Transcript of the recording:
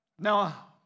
Now